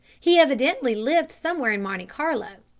he evidently lived somewhere in monte carlo,